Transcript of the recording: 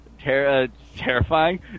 terrifying